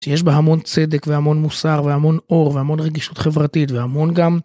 יש בה המון צדק, והמון מוסר, והמון אור, והמון רגישות חברתית, והמון גם...